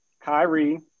Kyrie